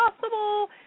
possible